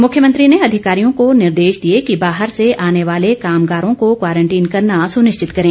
मुख्यमंत्री ने अधिकारियों को निर्देश दिए कि बाहर से आने वाले कामगारों को क्वारंटीन करना सुनिश्चित करें